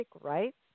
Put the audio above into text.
rights